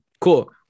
Cool